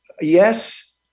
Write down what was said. yes